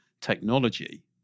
technology